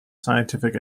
scientific